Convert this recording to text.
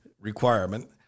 requirement